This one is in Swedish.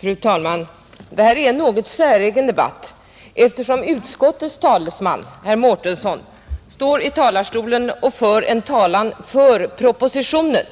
Fru talman! Detta är en något säregen debatt eftersom utskottets talesman herr Mårtensson står i talarstolen och argumenterar för propositionen